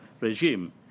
regime